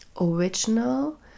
original